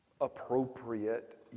appropriate